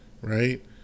right